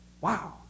Wow